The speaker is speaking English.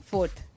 Fourth